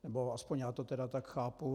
Nebo aspoň já to tedy tak chápu.